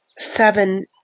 Seven